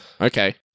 Okay